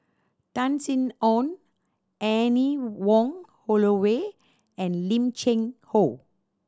Tan Sin Aun Anne Wong Holloway and Lim Cheng Hoe